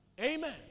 Amen